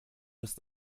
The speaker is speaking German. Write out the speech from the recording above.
ist